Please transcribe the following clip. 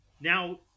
Now